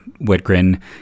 whitgren